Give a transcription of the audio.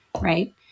right